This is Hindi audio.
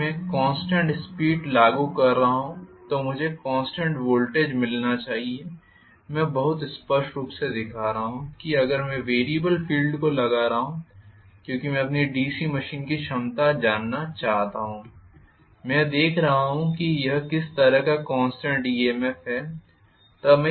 यदि मैं कॉन्स्टेंट फील्ड करंट लागू कर रहा हूं तो मुझे कॉन्स्टेंट वोल्टेज मिलना चाहिए मैं बहुत स्पष्ट रूप से दिखा रहा हूं कि अगर मैं वेरियबल फील्ड को लगा रहा हूं क्योंकि मैं अपनी डीसी मशीन की क्षमता जानना चाहता हूं मैं यह देख रहा हूं कि यह किस तरह का कॉन्स्टेंट ईएमएफ है